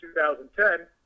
2010